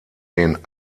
den